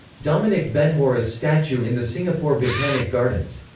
dominic benhura's statue in the singapore botanic gardens.